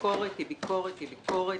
ביקורת היא ביקורת היא ביקורת.